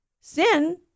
sin